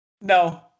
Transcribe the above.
No